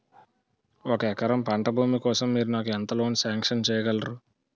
ఒక ఎకరం పంట భూమి కోసం మీరు నాకు ఎంత లోన్ సాంక్షన్ చేయగలరు?